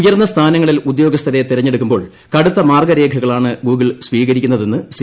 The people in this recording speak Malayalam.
ഉയർന്ന സ്ഥാനങ്ങളിൽ ഉദ്യോഗസ്ഥരെ തെരെഞ്ഞെടുക്കുമ്പോൾ കടുത്ത മാർഗ്ഗരേഖകളാണ് ഗൂഗിൾ സ്വീകരിക്കുന്നതെന്ന് സി